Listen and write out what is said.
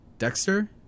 Dexter